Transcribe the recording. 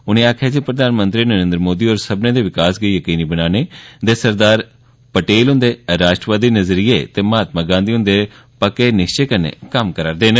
उनें गलाया जे प्रधानमंत्री नरेन्द्र मोदी होर सब्मनें दे विकास गी यकीनी बनाने दे सरदार पटेल हुंदे राष्ट्रवादी नज़रिये ते महात्मा गांधी हुंदे दृढ़ निश्चे कन्नै कम्म करा'रदे न